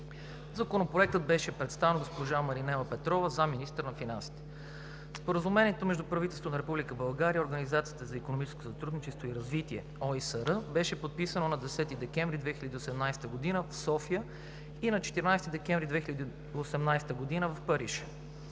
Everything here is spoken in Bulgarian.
Законопроектът беше представен от госпожа Маринела Петрова – заместник-министър на финансите. Споразумението между правителството на Република България и Организацията за икономическо сътрудничество и развитие (ОИСР) беше подписано на 10 декември 2018 г. в София и на 14 декември 2018 г. в Париж.